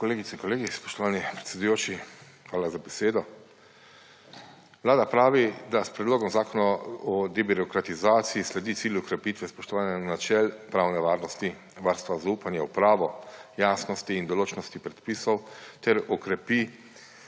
(nadaljevanje): spoštovani predsedujoči, hvala za besedo. Vlada pravi, da s Predlogom Zakona o debirokatizaciji sledi cilju krepitve spoštovanja načel pravne varnosti, varstva zaupanje v pravo, javnosti in določnosti predpisov ter okrepi